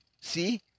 See